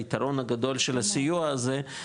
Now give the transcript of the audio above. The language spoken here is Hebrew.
היתרון הגדול של הסיוע הזה,